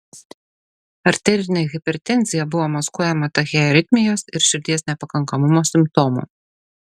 arterinė hipertenzija buvo maskuojama tachiaritmijos ir širdies nepakankamumo simptomų